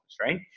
right